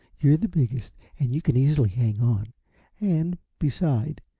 you're the biggest and you can easily hang on and, beside,